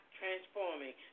transforming